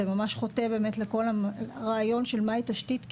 ממש חוטא באמת לכל הרעיון של מהי תשתית.